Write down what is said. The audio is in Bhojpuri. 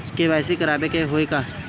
के.वाइ.सी करावे के होई का?